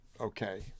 Okay